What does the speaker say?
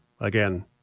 again